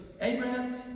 Abraham